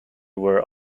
were